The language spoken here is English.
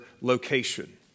location